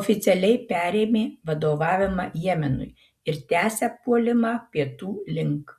oficialiai perėmė vadovavimą jemenui ir tęsia puolimą pietų link